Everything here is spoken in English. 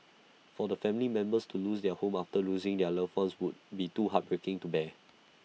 for family members to lose their home after losing their loved ones would be too heartbreaking to bear